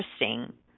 interesting